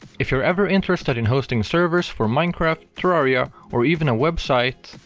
if you're ever interested in hosting servers for minecraft, terraria or even a website,